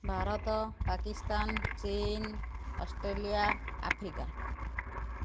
ଭାରତ ପାକିସ୍ତାନ ଚୀନ Australia Africa